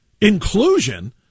Inclusion